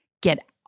Get